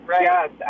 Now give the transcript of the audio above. Yes